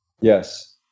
Yes